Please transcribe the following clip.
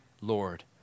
Lord